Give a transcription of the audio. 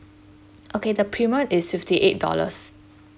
okay the premium is fifty eight dollars